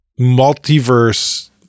multiverse